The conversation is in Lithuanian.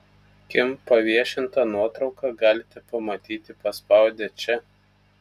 kim paviešintą nuotrauką galite pamatyti paspaudę čia